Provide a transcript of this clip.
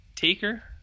Taker